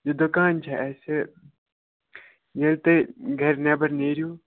یہِ دُکان چھُ اَسہِ ییٚلہِ تُہۍ گَرِ نٮ۪بَر نیٖرِو